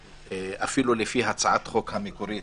אפילו לפי הצעת החוק המקורית,